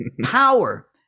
power